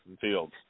Fields